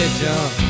jump